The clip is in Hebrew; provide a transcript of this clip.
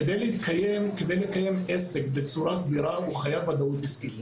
כדי לקיים עסק בצורה סדירה, הוא חייב ודאות עסקית.